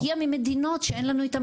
בגלל שהוא הגיע ממדינות שאין לנו איתם